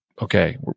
okay